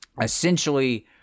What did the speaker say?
essentially